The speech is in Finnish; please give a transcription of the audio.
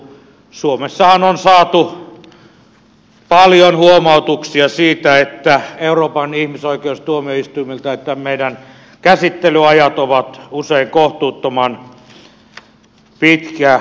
suomessahan on saatu paljon huomautuksia euroopan ihmisoikeustuomioistuimelta että meidän käsittelyajat ovat usein kohtuuttoman pitkiä